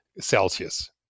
Celsius